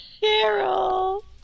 Carol